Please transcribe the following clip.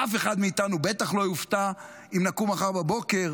ואף אחד מאיתנו בטח לא יופתע אם נקום מחר בבוקר